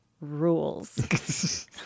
rules